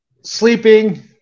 sleeping